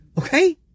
Okay